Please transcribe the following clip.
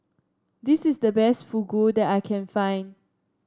this is the best Fugu that I can find